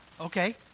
okay